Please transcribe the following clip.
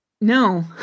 No